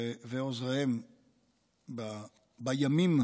ועוזריהם בימים